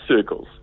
circles